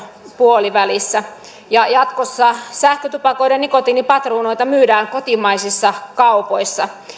puolivälissä jatkossa sähkötupakoiden nikotiinipatruunoita myydään kotimaisissa kaupoissa